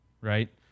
right